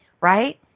right